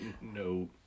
no